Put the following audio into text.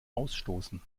ausstoßen